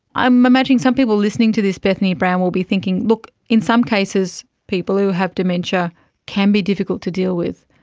i'm imagining some people listening to this, bethany brown, will be thinking, look, in some cases people who have dementia can be difficult to deal with,